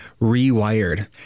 Rewired